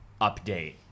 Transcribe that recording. update